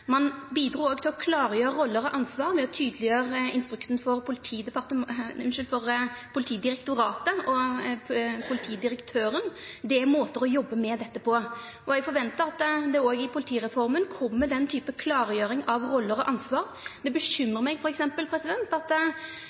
Ein bidrog òg til å klargjera roller og ansvar ved å tydeleggjera instruksen for Politidirektoratet og politidirektøren. Det er måtar å jobba med dette på. Eg forventar at det òg i politireforma kjem den typen klargjering av roller og ansvar. Det bekymrar meg f.eks. at når Politidirektoratet no skal oppretta eit situasjonssenter, seier statsråden at